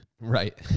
Right